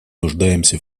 нуждаемся